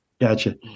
Gotcha